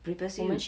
previously you